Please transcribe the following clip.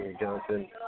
Johnson